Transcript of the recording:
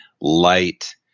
light